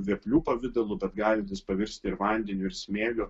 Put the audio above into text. vėplių pavidalu bet galintis pavirsti ir vandeniu ir smėliu